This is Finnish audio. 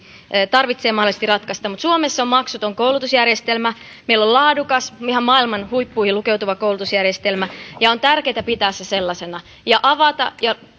tarvitsee mahdollisesti ratkaista mutta suomessa on maksuton koulutusjärjestelmä meillä on laadukas ihan maailman huippuihin lukeutuva koulutusjärjestelmä ja on tärkeätä pitää se sellaisena ja avata ja